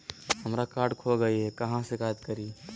हमरा कार्ड खो गई है, कहाँ शिकायत करी?